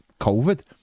COVID